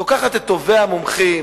לוקחת את טובי המומחים.